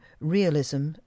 realism